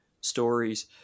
stories